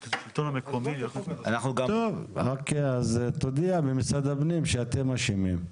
אז תודיע במשרד הפנים שאתם אשמים.